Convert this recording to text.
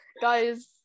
guys